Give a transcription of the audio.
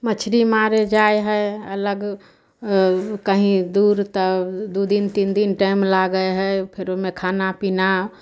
मछली मारे जाइ हइ अलग कहीॅं दूर तऽ दू दिन तीन दिन टाइम लागै हइ फेर ओहिमे खाना पीना